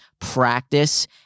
practice